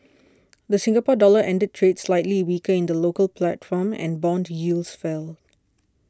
the Singapore Dollar ended trade slightly weaker in the local platform and bond yields fell